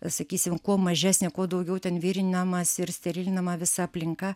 sakysim kuo mažesnė kuo daugiau ten virinamas ir sterilinama visa aplinka